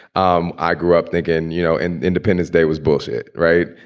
um i grew up thinking, you know, and independence day was bullshit, right?